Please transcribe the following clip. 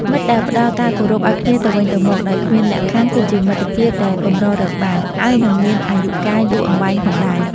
មិត្តដែលផ្តល់ការគោរពឱ្យគ្នាទៅវិញទៅមកដោយគ្មានលក្ខខណ្ឌគឺជាមិត្តភាពដែលកម្ររកបាន ហើយនិងមានអាយុកាលយូរអង្វែងផងដែរ។